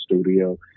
studio